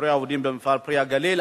פיטורי העובדים במפעל "פרי הגליל",